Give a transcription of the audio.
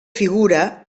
figura